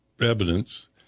evidence